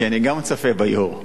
כי גם אני צופה ב"יורו".